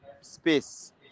space